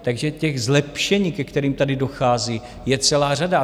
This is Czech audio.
Takže těch zlepšení, ke kterým tady dochází, je celá řada.